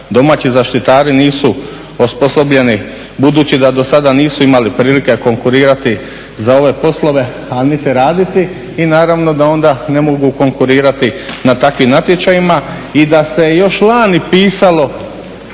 domaći zaštitari nisu osposobljeni budući da do sada nisu imali prilike konkurirati za ove poslove, … raditi i naravno da onda ne mogu konkurirati na takvim natječajima i da se još lani pisalo